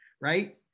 right